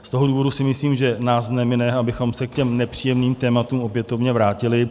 Z toho důvodu si myslím, že nás nemine, abychom se k těm nepříjemným tématům opětovně vrátili.